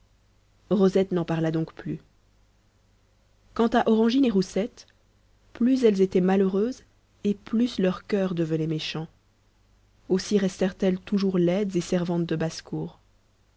rosette n'en parla donc plus quant à orangine et roussette plus elles étaient malheureuses et plus leur coeur devenait méchant aussi restèrent elles toujours laides et servantes de basse-cour